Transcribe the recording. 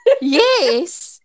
Yes